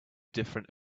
different